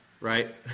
right